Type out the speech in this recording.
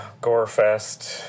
gore-fest